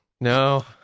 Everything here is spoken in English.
No